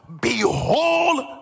behold